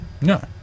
No